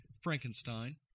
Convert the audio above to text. Frankenstein